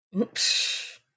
Oops